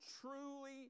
truly